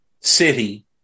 City